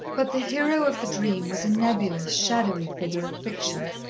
but the hero of the dream was a nebulous, shadowy figure of fiction.